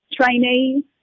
trainees